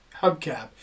Hubcap